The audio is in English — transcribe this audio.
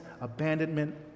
abandonment